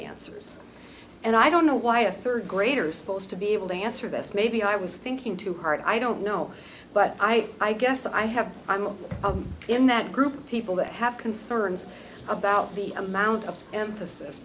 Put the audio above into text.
answers and i don't know why a third grader is supposed to be able to answer this maybe i was thinking too hard i don't know but i i guess i have i'm not i'm in that group of people that have concerns about the amount of emphasis